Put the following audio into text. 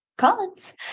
Collins